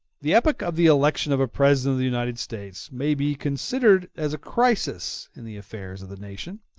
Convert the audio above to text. the epoch of the election of a president of the united states may be considered as a crisis in the affairs of the nation.